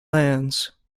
lands